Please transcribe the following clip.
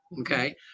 Okay